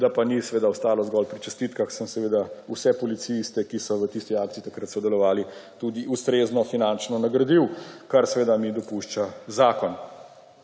da pa ni ostalo zgolj pri čestitkah, sem vse policiste, ki so v tisti akciji takrat sodelovali, tudi ustrezno finančno nagradil, kar mi dopušča zakon.